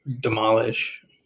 demolish